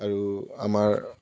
আৰু আমাৰ